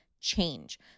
change